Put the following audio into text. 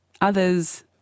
others